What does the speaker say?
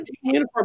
uniform